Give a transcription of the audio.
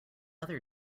other